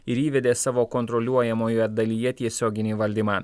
ir įvedė savo kontroliuojamoje dalyje tiesioginį valdymą